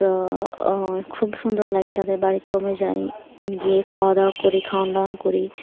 তো খুব সুন্দর লাগে তাদের বাড়িতেও আমরা যাই গিয়ে খাওয়া দাওয়া করি খাওয়ান দাওয়ান করি